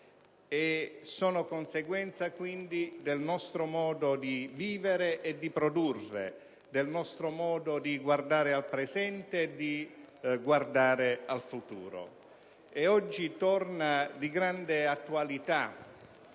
quindi conseguenza del nostro modo di vivere e di produrre, del nostro modo di guardare al presente e al futuro. Oggi torna di grande attualità